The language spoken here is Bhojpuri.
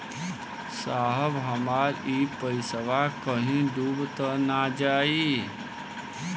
साहब हमार इ पइसवा कहि डूब त ना जाई न?